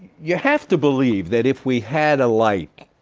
you have to believe that if we had a light,